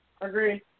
Agree